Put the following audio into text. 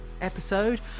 episode